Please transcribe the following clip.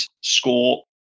score